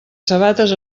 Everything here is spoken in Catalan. sabates